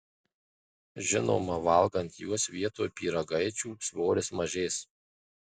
žinoma valgant juos vietoj pyragaičių svoris mažės